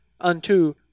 unto